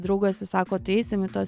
draugas vis sako tai eisim į tuos